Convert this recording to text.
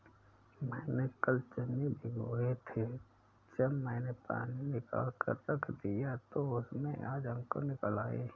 मैंने कल चने भिगोए थे जब मैंने पानी निकालकर रख दिया तो उसमें आज अंकुर निकल आए